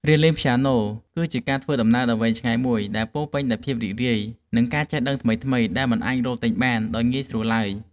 រៀនលេងព្យ៉ាណូគឺជាការធ្វើដំណើរដ៏វែងឆ្ងាយមួយដែលពោរពេញដោយភាពរីករាយ និងការចេះដឹងថ្មីៗដែលមិនអាចរកទិញបានដោយងាយស្រួលឡើយ។